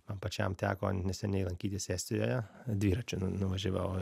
man pačiam teko neseniai lankytis estijoje dviračiu nuvažiavau